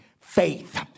faith